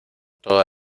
toda